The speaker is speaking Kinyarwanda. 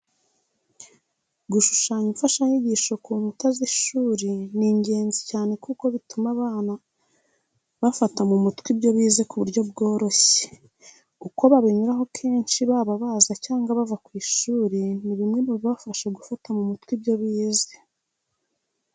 Gushushanya imfashanyigisho ku nkuta z'ishuri ni ingenzi cyane kuko zituma abana bafata mu mutwe ibyo bize ku buryo bworoshye. Uko babinyuraho kenshi baba baza cyangwa bava ku ishuri ni bimwe mu bibafasha gufata mu mutwe ibyo bize.